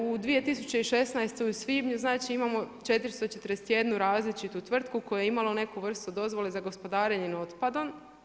U 2016. u svibnju znači imamo 441 različitu tvrtku, koja je imala neku vrstu dozvole za gospodarenjem otpadom.